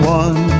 one